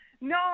no